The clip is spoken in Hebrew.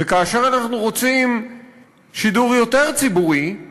וכאשר אנחנו רוצים שידור יותר ציבורי,